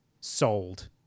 sold